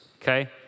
Okay